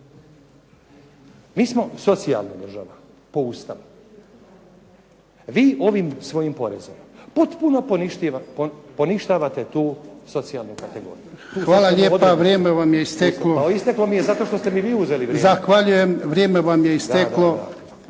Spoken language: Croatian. Mi smo socijalna država po Ustavu. Vi ovim svojim porezom potpuno poništavate tu socijalnu kategoriju. **Jarnjak, Ivan (HDZ)** Hvala lijepa, vrijeme vam je isteklo.